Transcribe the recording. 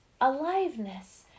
aliveness